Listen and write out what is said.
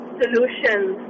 solutions